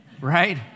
right